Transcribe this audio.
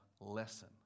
lesson